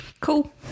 cool